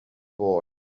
boy